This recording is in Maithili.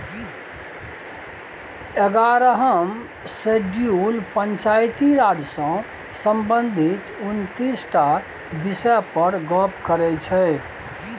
एगारहम शेड्यूल पंचायती राज सँ संबंधित उनतीस टा बिषय पर गप्प करै छै